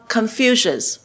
Confucius